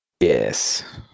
Yes